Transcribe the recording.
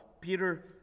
Peter